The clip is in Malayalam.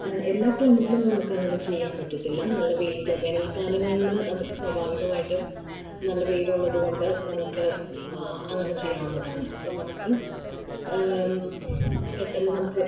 എല്ലാ ക്ലൈമറ്റിലും നമുക്ക് അങ്ങനെ ചെയ്യാൻ പറ്റത്തില്ല നല്ല വെയിൽ വേനൽ കാലങ്ങളിൽ നമുക്ക് സ്വാഭാവികമായിട്ടും നല്ല വെയിലുള്ളതുകൊണ്ട് നമുക്ക് അങ്ങനെ ചെയ്യാവുന്നതാണ് അപ്പോൾ നമുക്ക് പെട്ടെന്ന് നമുക്ക്